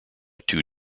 two